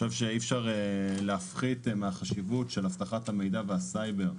אי אפשר להפחית מהחשיבות של אבטחת המידע והסייבר ברכבים.